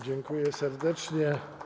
Dziękuję serdecznie.